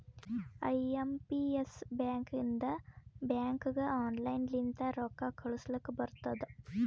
I M P S ಬ್ಯಾಕಿಂದ ಬ್ಯಾಂಕ್ಗ online ಲಿಂತ ರೊಕ್ಕಾ ಕಳೂಸ್ಲಕ್ ಬರ್ತುದ್